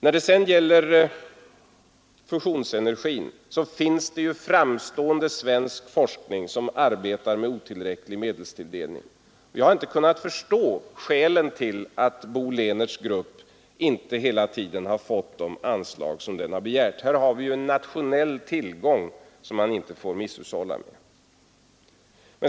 När det sedan gäller fusionsenergin finns det framstående svensk forskning som arbetar med otillräcklig medelstilldelning. Jag har inte kunnat förstå skälen till att Bo Lehnerts grupp inte hela tiden fått de anslag den har begärt. Här har vi en nationell tillgång som man inte får misshushålla med.